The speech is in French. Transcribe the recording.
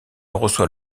reçoit